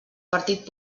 partit